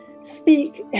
speak